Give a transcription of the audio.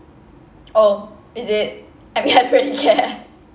oh is it I mean I don't really care